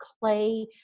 clay